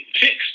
fixed